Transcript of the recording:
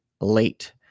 late